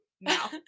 now